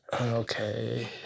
Okay